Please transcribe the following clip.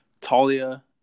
Talia